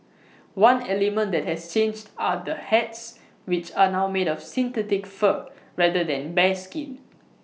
one element that has changed are the hats which are now made of synthetic fur rather than bearskin